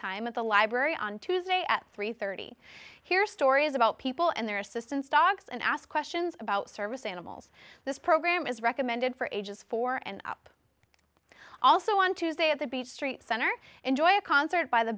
time at the library on tuesday at three thirty hear stories about people and their assistance dogs and ask questions about service animals this program is recommended for ages four and up also on tuesday at the beach street center enjoy a concert by the